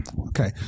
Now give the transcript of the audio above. Okay